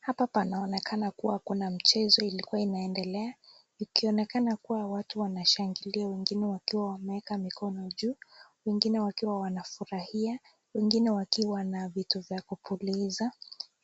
Hapa panaonekana kuwa kuna mchezo ilikuwa inaendelea, ikionekana kuwa watu wanashangilia, wengine wakiwa wameweka mikono juu, wengine wakiwa wanafurahia, wengine wakiwa wana vitu vya kuuliza.